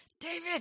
david